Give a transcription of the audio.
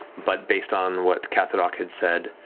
but based on what kathedoc had said,